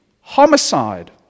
homicide